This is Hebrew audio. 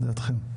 את דעתכם.